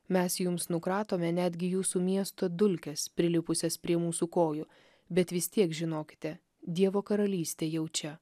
mes jums nukratome netgi jūsų miesto dulkes prilipusias prie mūsų kojų bet vis tiek žinokite dievo karalystė jau čia